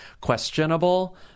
questionable